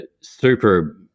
super